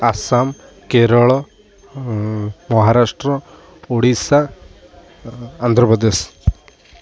Assam Kerala Maharashtra Odisha Andhra Pradesh